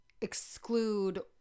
exclude